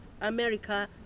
America